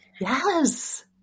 Yes